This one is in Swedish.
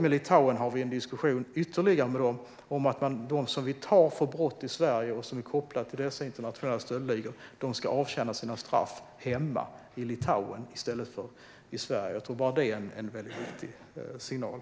Med Litauen har vi en diskussion om att dem som vi tar för brott här i Sverige och som är kopplade till dessa internationella stöldligor ska avtjäna sina straff hemma i Litauen i stället för i Sverige. Bara det tror jag är en viktig signal.